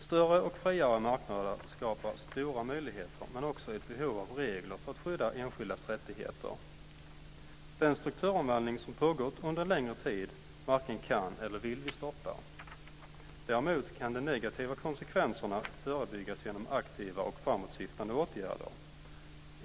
Större och friare marknader skapar stora möjligheter men också ett behov av regler för att skydda enskildas rättigheter. Den strukturomvandling som har pågått under en längre tid varken kan eller vill vi stoppa. Däremot kan de negativa konsekvenserna förebyggas genom aktiva och framåtsyftande åtgärder.